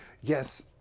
yes